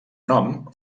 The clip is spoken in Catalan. nom